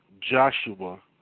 Joshua